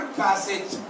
passage